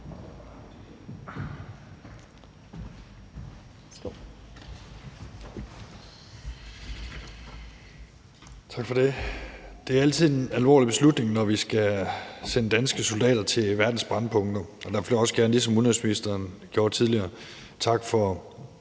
Tak for det. Det er altid en alvorlig beslutning, når vi skal sende danske soldater til verdens brændpunkter. Derfor vil jeg også gerne, ligesom udenrigsministeren gjorde tidligere, takke for